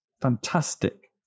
fantastic